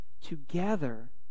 together